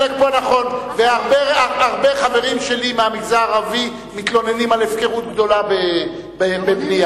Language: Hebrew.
והרבה חברים שלי מהמגזר הערבי מתלוננים על הפקרות גדולה בבנייה.